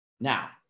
Now